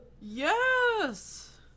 Yes